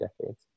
decades